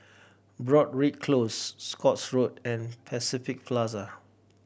Broadrick Close Scotts Road and Pacific Plaza